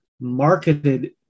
marketed